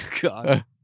God